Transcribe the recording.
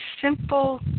simple